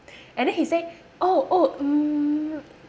and then he say oh oh mm